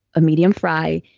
a medium fry,